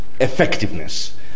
effectiveness